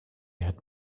had